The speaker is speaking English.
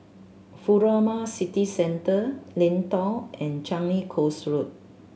Furama City Centre Lentor and Changi Coast Road